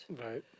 Right